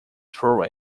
through